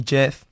Jeff